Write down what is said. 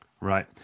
Right